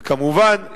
וכמובן,